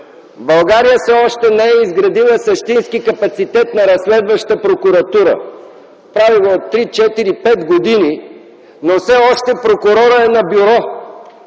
България все още не е изградила същински капацитет на разследваща прокуратура. Прави го от 3-4-5 години, но все още прокурорът е на бюро.